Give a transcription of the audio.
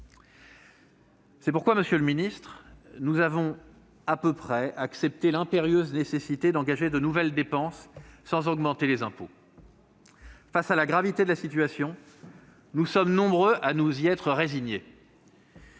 C'est pourquoi, monsieur le ministre, nous avons à peu près accepté l'impérieuse nécessité d'engager de nouvelles dépenses sans augmenter les impôts. Face à la gravité de la situation, nous sommes nombreux à nous y résigner.